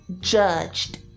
judged